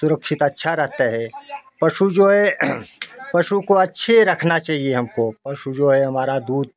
सुरक्षित अच्छा रहता है पशु जो है पशु को अच्छे रखना चहिए हमको पशु जो है हमारा दूध